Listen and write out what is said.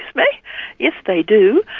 me, yes they do.